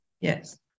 Yes